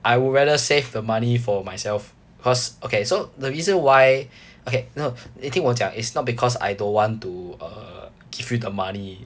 I would rather save the money for myself cause okay so the reason why okay no 你听我讲 it's not because I don't want to err give you the money